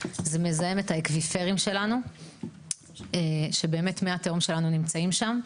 זה מזהם את האקוויפרים שלנו שבאמת מי התהום שלנו נמצאים שם.